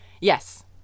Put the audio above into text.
Yes